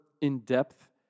in-depth